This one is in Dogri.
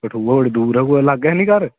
कठुआ बड़ी दूर ऐ कुदै लाह्गे ऐनी घर